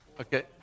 Okay